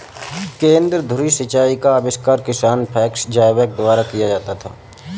केंद्र धुरी सिंचाई का आविष्कार किसान फ्रैंक ज़ायबैक द्वारा किया गया था